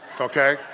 okay